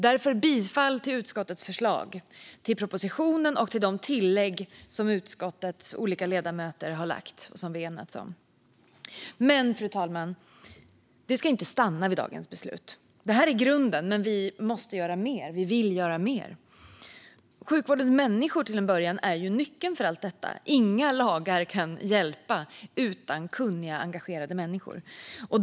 Därför yrkar jag bifall till utskottets förslag, till propositionen och till de tillägg från utskottets olika ledamöter som vi har enats om. Men, fru talman, det ska inte stanna vid dagens beslut. Detta är grunden, men vi måste göra mer. Vi vill göra mer. Sjukvårdens människor, till att börja med, är nyckeln till allt detta. Inga lagar kan hjälpa utan kunniga, engagerade människor.